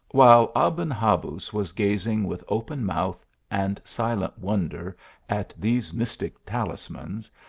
while aben habuz was gazing with open mouth and silent wonder at these mystic talismans,